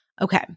Okay